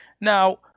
Now